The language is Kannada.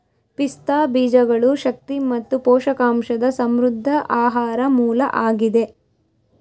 ಪಿಸ್ತಾ ಬೀಜಗಳು ಶಕ್ತಿ ಮತ್ತು ಪೋಷಕಾಂಶದ ಸಮೃದ್ಧ ಆಹಾರ ಮೂಲ ಆಗಿದೆ